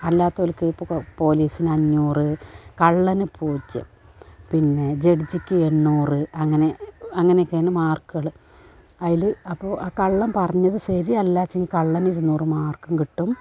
അല്ലാത്തോർക്ക് ഇപ്പോൾ പോലീസിനഞ്ഞൂറ് കള്ളന് പൂജ്യം പിന്നെ ജഡ്ജിക്ക് എണ്ണൂറ് അങ്ങനെ അങ്ങനെയൊക്കെയാണ് മാർക്കുകൾ അതിൽ അപ്പോൾ ആ കള്ളൻ പറഞ്ഞ ശരിയല്ലാച്ചെങ്കിൽ കള്ളനിരുന്നൂറ് മാർക്കും കിട്ടും